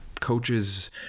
coaches